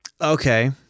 Okay